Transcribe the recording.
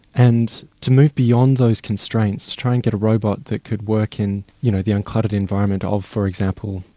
and to move beyond those constraints, to try and get a robot that could work in you know the uncluttered environment of, for example,